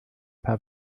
paar